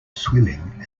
swimming